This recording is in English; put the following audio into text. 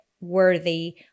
worthy